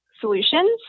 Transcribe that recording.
solutions